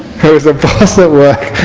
who is a boss at work